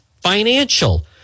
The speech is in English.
Financial